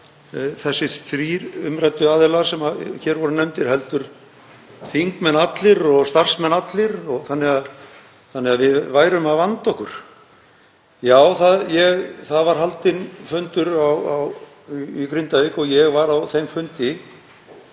þessir þrír umræddu aðilar sem hér voru nefndir heldur þingmenn allir og starfsmenn allir, þannig að við værum að vanda okkur. Já, það var haldinn fundur í Grindavík og ég var á þeim fundi.